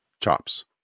chops